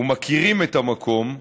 ומכירים את המקום.